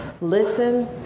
listen